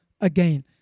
again